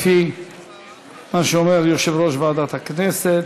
לפי מה שאומר יושב-ראש ועדת הכנסת.